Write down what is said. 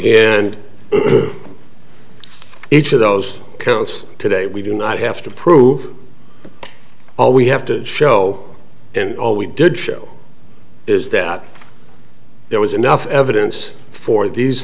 and each of those counts today we do not have to prove all we have to show and all we did show is that there was enough evidence for these